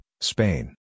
Spain